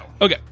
Okay